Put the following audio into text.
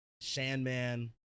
Sandman